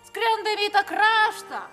skrendame į tą kraštą